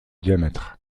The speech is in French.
diamètre